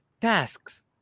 tasks